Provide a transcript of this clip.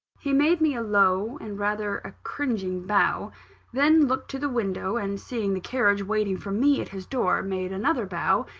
he made me a low and rather a cringing bow then looked to the window, and seeing the carriage waiting for me at his door, made another bow,